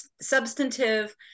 substantive